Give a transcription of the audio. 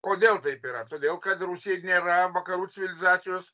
kodėl taip yra todėl kad rusija nėra vakarų civilizacijos